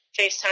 FaceTime